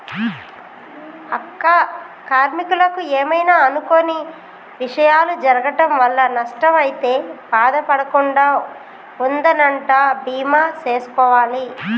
అక్క కార్మీకులకు ఏమైనా అనుకొని విషయాలు జరగటం వల్ల నష్టం అయితే బాధ పడకుండా ఉందనంటా బీమా సేసుకోవాలి